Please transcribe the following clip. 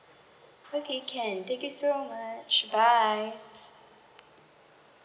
okay can thank you so much bye